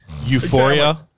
euphoria